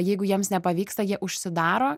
jeigu jiems nepavyksta jie užsidaro